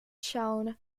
shown